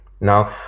Now